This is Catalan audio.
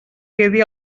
quedi